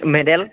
medal